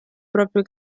proprio